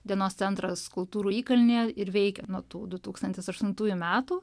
dienos centras kultūrų įkalnė ir veikia nuo tų du tūkstantis aštuntųjų metų